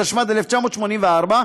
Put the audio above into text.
התשמ"ד 1984,